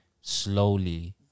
slowly